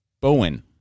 Bowen